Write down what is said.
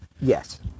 yes